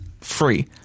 free